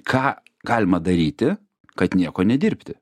ką galima daryti kad nieko nedirbti